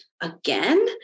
again